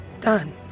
Done